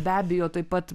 be abejo taip pat